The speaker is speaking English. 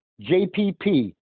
JPP